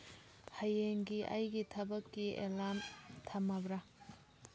ꯍꯌꯦꯡꯒꯤ ꯑꯩꯒꯤ ꯊꯕꯛꯀꯤ ꯑꯦꯂꯥꯝ ꯊꯝꯃꯕ꯭ꯔꯥ